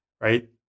right